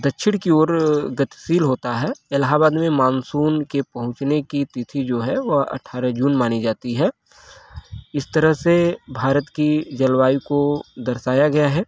दक्षिण की और गतिशील होता है एलाहाबाद में मानसून के पहुँचने की तिथि जो है वह अठारह जून मानी जाती है इस तरह से भारत की जलवायु को दर्शाया गया है